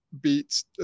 beats